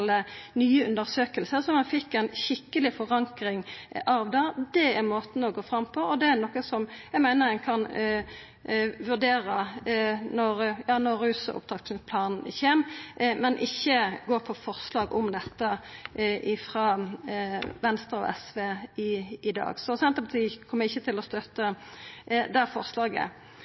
nye undersøkingar, så ein fekk ei skikkeleg forankring av det. Det er måten å gå fram på, og det er noko som eg meiner ein kan vurdera når rusopptrappingsplanen kjem, men vi bør ikkje gå for forslag om dette frå Venstre og SV i dag. Så Senterpartiet kjem ikkje til å støtta det forslaget.